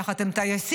יחד עם טייסים,